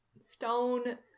stone